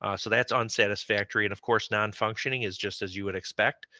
ah so that's on satisfactory and of course non-functioning is just as you would expect,